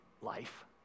life